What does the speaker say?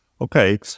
Okay